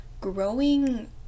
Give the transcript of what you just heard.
growing